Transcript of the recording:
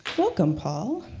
welcome, paul.